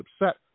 upset